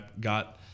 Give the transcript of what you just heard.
got